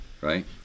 right